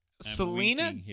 Selena